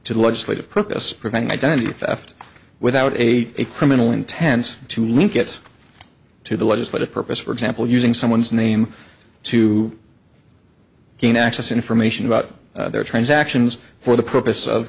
to the legislative purpose preventing identity theft without a criminal intent to link it to the legislative purpose for example using someone's name to gain access information about their transactions for the purpose of